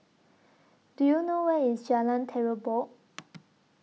Do YOU know Where IS Jalan Terubok